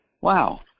wow